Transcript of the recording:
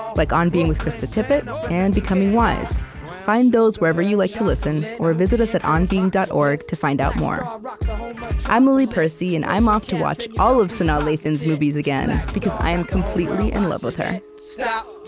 like on being with krista tippett and becoming wise find those wherever you like to listen or visit us at onbeing dot org to find out more i'm lily percy, and i'm off to watch all of sanaa lathan's movies again because i am completely in love with her so